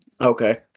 Okay